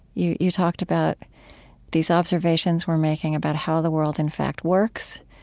you you talked about these observations we're making about how the world in fact works.